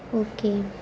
okay